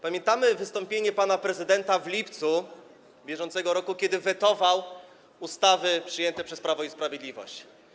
Pamiętamy wystąpienie pana prezydenta w lipcu br., kiedy wetował ustawy przyjęte przez Prawo i Sprawiedliwość.